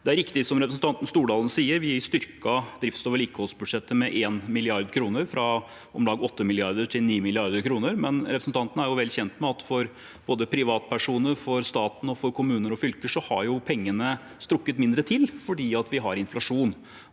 Det er riktig som representanten Stordalen sier, at vi styrket drifts- og vedlikeholdsbudsjettet med 1 mrd. kr, fra om lag 8 mrd. kr til 9 mrd. kr, men representanten er jo vel kjent med at både for privatpersoner, for staten og for kommuner og fylker har pengene strukket mindre til fordi vi har inflasjon.